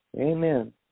Amen